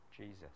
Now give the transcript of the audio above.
Jesus